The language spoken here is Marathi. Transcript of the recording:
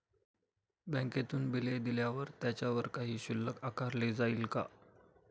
बँकेतून बिले दिल्यावर त्याच्यावर काही शुल्क आकारले जाईल का?